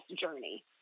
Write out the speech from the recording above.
journey